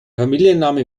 familienname